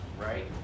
right